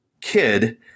kid